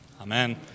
Amen